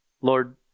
Lord